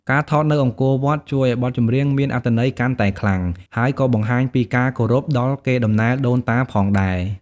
ការថតនៅអង្គរវត្ត ជួយឲ្យបទចម្រៀងមានអត្ថន័យកាន់តែខ្លាំង ហើយក៏បង្ហាញពីការគោរពដល់កេរដំណែលដូនតាផងដែរ។